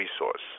resource